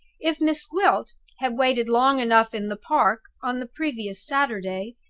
if miss gwilt had waited long enough in the park, on the previous saturday,